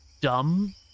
Dumb